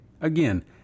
again